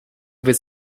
was